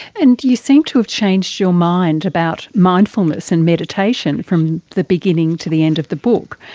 and you seem to have changed your mind about mindfulness and meditation from the beginning to the end of the book.